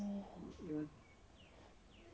maybe I want one